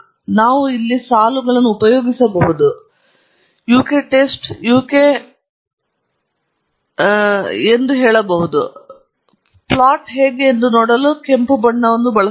ನಾವು ಇಲ್ಲಿ ಸಾಲುಗಳನ್ನು ಉಪಯೋಗಿಸಬಹುದು ಮತ್ತು ಯುಕೆ ಟೆಸ್ಟ್ ಯಕ್ ಹ್ಯಾಟ್ 3 ಅನ್ನು ಹೇಳಬಹುದು ಮತ್ತು ಪ್ಲಾಟ್ ಹೇಗೆ ಎಂದು ನೋಡಲು ಕೆಂಪು ಬಣ್ಣವನ್ನು ನಾವು ಬಳಸಬಹುದು